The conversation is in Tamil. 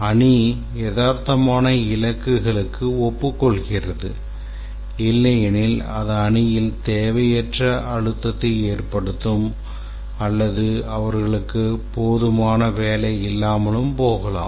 அணி யதார்த்தமான இலக்குகளுக்கு ஒப்புக்கொள்கிறது இல்லையெனில் அது அணியில் தேவையற்ற அழுத்தத்தை ஏற்படுத்தும் அல்லது அவர்களுக்கு போதுமான வேலை இல்லாமல் போகலாம்